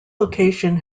location